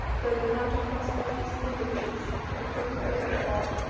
though they had to cross hedges and ditches, and a crooked bit of bog,